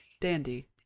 Dandy